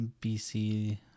BC